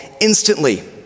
instantly